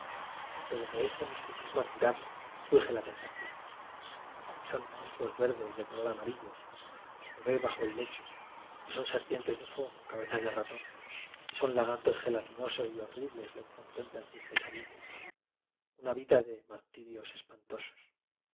pero de ese misticismo admirable surge la tenta ción y son mostruos verdes de ojos ama rillos lo ve bajo el lecho y son serpientes de fuego con cabezas de ratón y son la gartos gelatinosos y horribles lo que con templa en sus pesadillas una vida de martirios espantosos